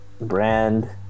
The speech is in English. Brand